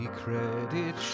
credit